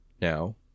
now